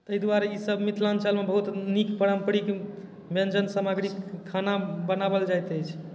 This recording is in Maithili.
ताहि दुआरे ईसभ मिथिलाञ्चलमे बहुत नीक पारम्परिक व्यञ्जन सामग्री खाना बनाओल जाइत अछि